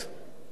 רוע,